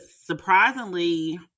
surprisingly